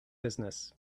business